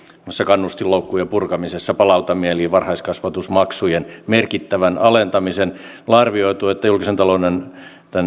muassa kannustinloukkujen purkamisessa palautan mieliin varhaiskasvatusmaksujen merkittävän alentamisen on arvioitu että tämän julkisen talouden